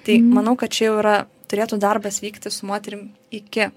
tai manau kad čia jau yra turėtų darbas vykti su moterim iki